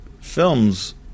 films